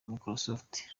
microsoft